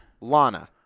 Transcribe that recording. Lana